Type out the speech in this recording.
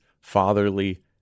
fatherly